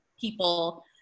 people